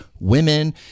women